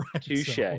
Touche